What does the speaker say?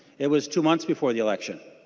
it was two months before the election.